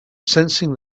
sensing